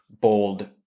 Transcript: bold